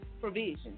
provision